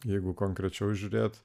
jeigu konkrečiau žiūrėti